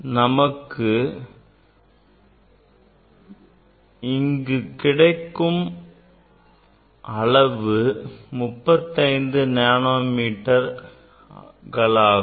நமக்கு இப்போது கிடைக்கும் அளவு 35 நானோ மீட்டர்களாகும்